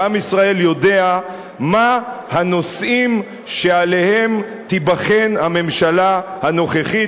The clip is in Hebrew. ועם ישראל יודע מה הנושאים שעליהם תיבחן הממשלה הנוכחית,